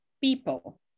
people